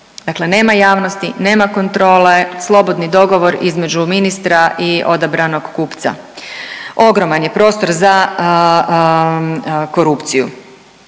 Dakle, nema javnosti, nema kontrole, slobodni dogovor između ministra i odabranog kupca. Ogroman je prostor za korupciju.